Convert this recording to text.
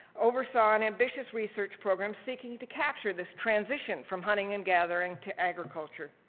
oversaw an ambitious research program seeking to capture this transition from hunting and gathering to agriculture.